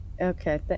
Okay